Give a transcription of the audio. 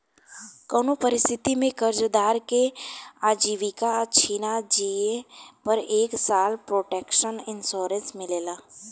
कउनो परिस्थिति में कर्जदार के आजीविका छिना जिए पर एक साल प्रोटक्शन इंश्योरेंस मिलेला